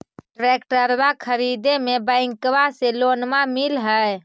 ट्रैक्टरबा खरीदे मे बैंकबा से लोंबा मिल है?